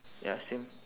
ya same